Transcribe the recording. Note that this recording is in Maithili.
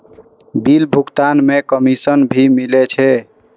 बिल भुगतान में कमिशन भी मिले छै?